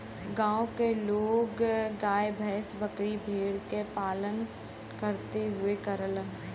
गांव के लोग गाय भैस, बकरी भेड़ के पालन बहुते करलन